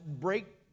break